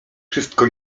wszystko